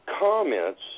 comments